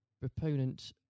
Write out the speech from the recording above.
proponent